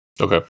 Okay